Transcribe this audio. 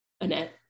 Annette